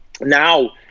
now –